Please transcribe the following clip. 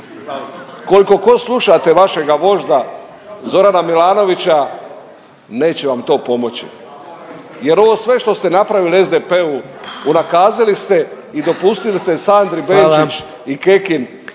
Kolikogod slušate vašega vožda Zorana Milanovića neće vam to pomoći jer ovo sve što ste napravili SDP-u unakazili ste i dopustili ste Sandri Benčić …/Upadica